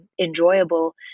enjoyable